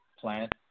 plant